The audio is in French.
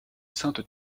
sainte